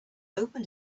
open